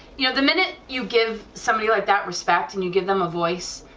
you know the minute you give somebody like that respect, and you give them a voice,